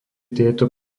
tieto